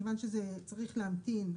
כיוון שזה צריך להמתין,